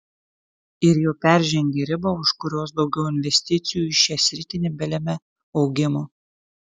ir jau peržengė ribą už kurios daugiau investicijų į šią sritį nebelemia augimo